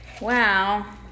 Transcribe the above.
Wow